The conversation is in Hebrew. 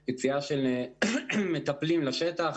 כלומר, יציאה של מטפלים לשטח.